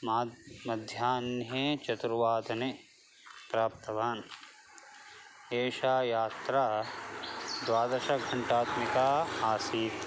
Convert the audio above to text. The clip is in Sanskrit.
मा मध्याह्ने चतुर्वादने प्राप्तवान् एषा यात्रा द्वादशघण्टात्मिका आसीत्